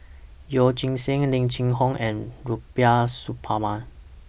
Yeoh Ghim Seng Lim Cheng Hoe and Rubiah Suparman